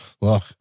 Look